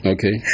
Okay